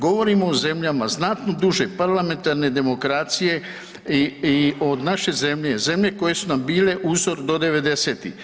Govorimo o zemljama znatno duže parlamentarne demokracije i, i od naše zemlje, zemlje koje su nam bile uzor do '90.-tih.